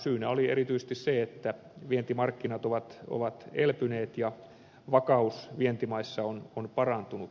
syynä oli erityisesti se että vientimarkkinat ovat elpyneet ja vakaus vientimaissa on parantunut